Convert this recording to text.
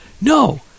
No